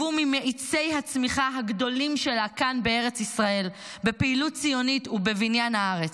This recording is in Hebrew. ממאיצי הצמיחה הגדולים שלה כאן בארץ ישראל בפעילות ציונית ובבניין הארץ.